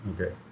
Okay